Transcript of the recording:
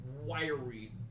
wiry